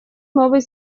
новый